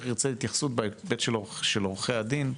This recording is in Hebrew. אני ארצה התייחסות בהיבט של עורכי הדין,